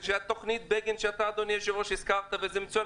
ותוכנית בגין שאתה אדוני היושב-ראש הזכרת וזה מצוין.